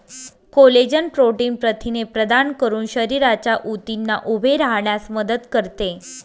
collagen protein प्रथिने प्रदान करून शरीराच्या ऊतींना उभे राहण्यास मदत करते